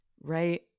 Right